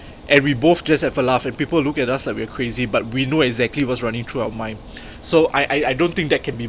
and we both just have a laugh and people look at us like we are crazy but we know exactly what's running through our mind so I I I don't think that can be